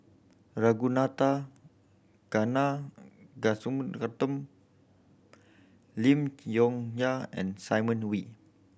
Ragunathar Lim Chong Yah and Simon Wee